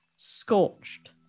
scorched